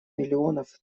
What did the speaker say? миллионов